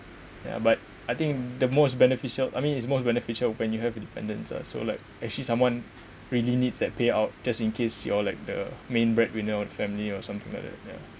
ya but I think the most beneficial I mean is most beneficial when you have a dependence ah or so like actually someone really needs that payout just in case you're like the main breadwinner of the family or something like that ya